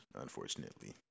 unfortunately